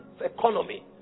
economy